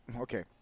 Okay